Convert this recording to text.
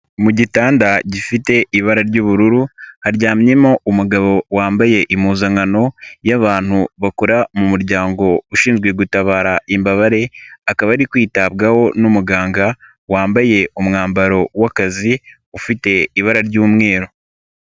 Mu gitanda gifite ibara ry'ubururu haryamyemo umugabo wambaye impuzankano y'abantu bakora mu muryango ushinzwe gutabara imbabare akaba ari kwitabwaho n'umuganga wambaye umwambaro w'akazi ufite ibara ry'umweru.